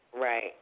Right